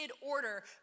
order